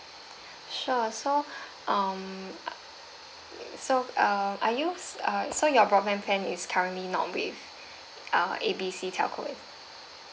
sure so um so uh are you s~ uh so your broadband plan is currently not with uh A B C telco